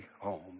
home